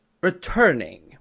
Returning